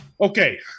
Okay